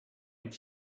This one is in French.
est